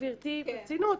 גברתי ברצינות,